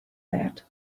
that